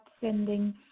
sending